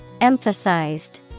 Emphasized